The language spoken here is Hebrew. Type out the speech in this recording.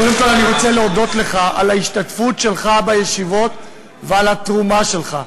קודם כול אני רוצה להודות לך על ההשתתפות שלך בישיבות ועל התרומה שלך.